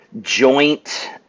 joint